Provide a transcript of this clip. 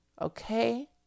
Okay